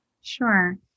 Sure